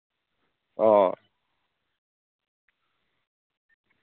ᱚ